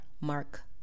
Mark